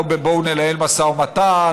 לא: בואו ננהל משא ומתן,